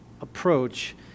approach